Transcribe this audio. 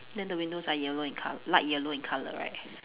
then the windows are yellow in col~ light yellow in colour right